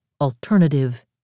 alternative